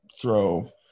throw